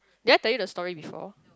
they tell the story before